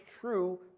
true